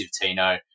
Tino